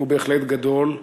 בהחלט גדול,